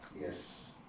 yes